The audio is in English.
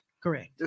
Correct